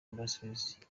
industries